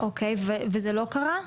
וזה לא קרה.